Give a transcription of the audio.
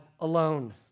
alone